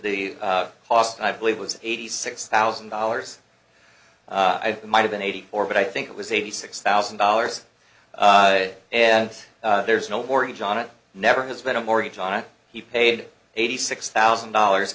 the cost i believe was eighty six thousand dollars i might have been eighty four but i think it was eighty six thousand dollars and there's no mortgage on it never has been a mortgage on it he paid eighty six thousand dollars